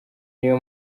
niyo